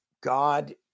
God